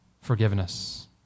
forgiveness